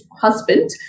husband